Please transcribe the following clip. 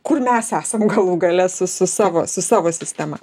kur mes esam galų gale su su savo su savo sistema